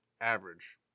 average